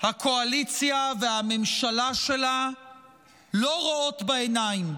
הקואליציה והממשלה שלה לא רואות בעיניים,